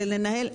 אגב,